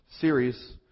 series